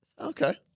Okay